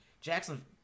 Jackson –